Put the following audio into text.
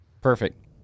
perfect